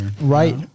right